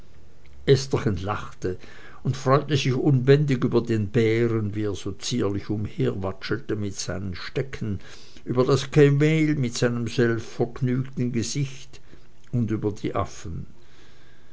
estherchen lachte und freute sich unbändig über den bären wie er so zierlich umherwatschelte mit seinem stecken über das kamel mit seinem selbstvergnügten gesicht und über die affen